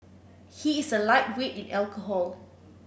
he is a lightweight in alcohol